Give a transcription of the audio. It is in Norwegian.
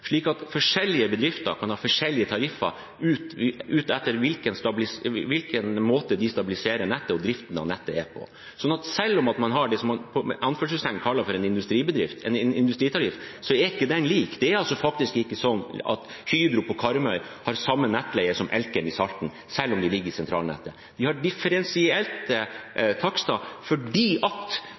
slik at forskjellige bedrifter kan ha forskjellige tariffer ut fra hvilken måte de stabiliserer nettet – og driften av nettet – på. Selv om man har det man kaller en «industritariff», er ikke den lik. Det er ikke sånn at Hydro på Karmøy har samme nettleie som Elkem i Salten selv om de ligger i sentralnettet. Vi har differensierte takster fordi